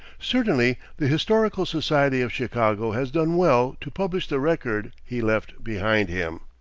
certainly the historical society of chicago has done well to publish the record he left behind him.